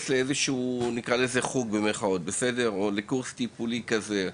לאיזה שהוא ״חוג״ או לאיזה שהוא קורס טיפולי כזה?